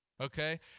okay